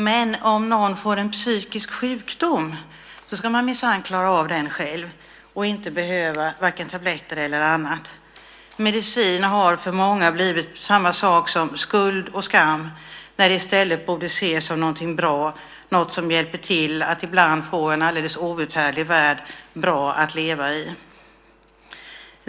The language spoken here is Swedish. Men om någon får en psykisk sjukdom ska man minsann klara av den själv och behöva varken tabletter eller annat. Medicin har för många blivit samma sak som skuld och skam när det i stället borde ses som någonting bra, något som hjälper till att ibland få en alldeles outhärdlig värld bra att leva i.